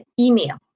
email